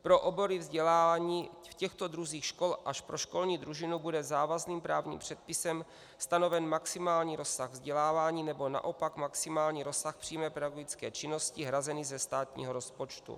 Pro obory vzdělávání v těchto druzích škol až po školní družinu bude závazným právním předpisem stanoven maximální rozsah vzdělávání, nebo naopak maximální rozsah přímé pedagogické činnosti hrazený ze státního rozpočtu.